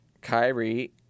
Kyrie